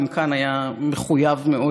גם כאן היה מחויב מאוד,